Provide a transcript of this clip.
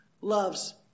loves